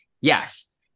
yes